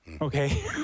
okay